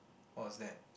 what was that